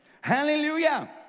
Hallelujah